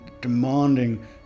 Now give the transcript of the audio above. demanding